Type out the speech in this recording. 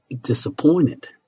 disappointed